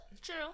True